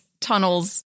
tunnels